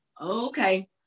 Okay